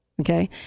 Okay